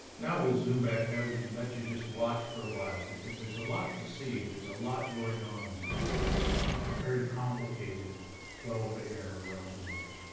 now, we'll zoom back out and let you just watch for a while because there's a lot to see. there's a lot going on here in this very complicated flow of air around the world.